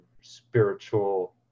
spiritual